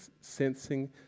sensing